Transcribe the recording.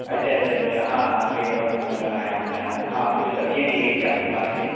अच्छा अच्छा अच्छा अच्छा हाँ हाँ सही जगह पर फ़ोन लगाया है आपने हाँ मुझे सब्ज़ियाँ चाहिए थी आपके पास से ही